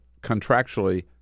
contractually